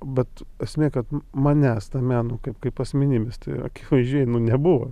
bet esmė kad manęs tame nu kaip kaip asmenimis tai akivaizdžiai nebuvo